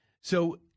So-